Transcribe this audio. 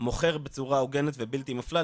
מוכר בצורה הוגנת ובלתי מפלה,